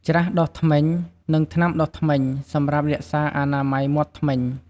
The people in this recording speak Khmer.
ច្រាសដុសធ្មេញ និងថ្នាំដុសធ្មេញ សម្រាប់រក្សាអនាម័យមាត់ធ្មេញ។